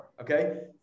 Okay